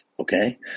Okay